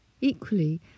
Equally